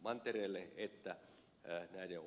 mantereelle että näiden oireiden hoitamiseen